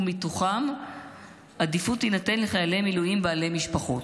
ומתוכם עדיפות תינתן לחיילי מילואים בעלי משפחות.